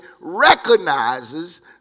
recognizes